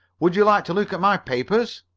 would you like to look at my papers?